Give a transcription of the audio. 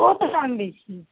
ওও তো দাম বেশি